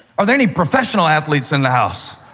are there any professional athletes in the house?